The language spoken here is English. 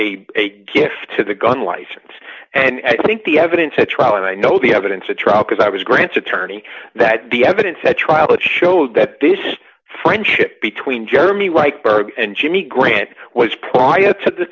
a gift to the gun license and i think the evidence at trial and i know the evidence at trial because i was grant's attorney that the evidence at trial it showed that this friendship between jeremy like berg and jimmy grant was playa to the